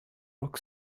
rock